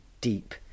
deep